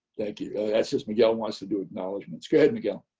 thank you. that's that's miguel wants to do acknowledgments. go ahead, miguel.